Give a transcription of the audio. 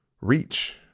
reach